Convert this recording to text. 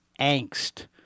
Angst